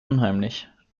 unheimlich